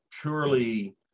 purely